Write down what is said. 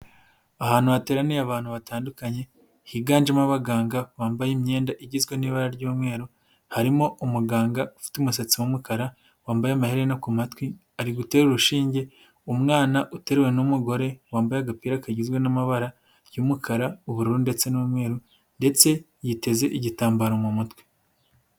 Ahantu hateraniye abantu batandukanye, higanjemo abaganga, bambaye imyenda igizwe n'ibara ry'umweru, harimo umuganga ufite umusatsi w'umukara, wambaye amahererena ku matwi, ari gutera urushinge umwana uteruwe n'umugore, wambaye agapira kagizwe n'amabara y'umukara, ubururu ndetse n'umweru, ndetse yiteze igitambaro mu mutwe.